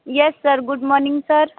yes sir good morning sir